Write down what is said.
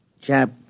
Chap